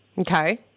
Okay